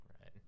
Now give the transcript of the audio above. right